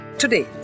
Today